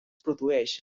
produeix